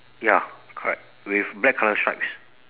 ya correct with black colour stripes